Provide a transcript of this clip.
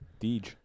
Deej